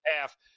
half